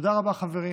תודה רבה, חברים.